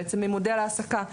ממודל ההעסקה.